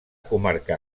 comarca